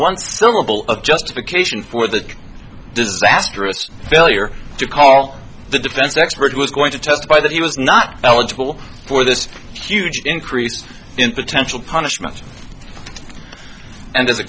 one syllable of justification for the disastrous failure to call the defense expert was going to testify that he was not eligible for this huge increase in potential punishments and